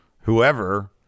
whoever